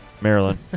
Maryland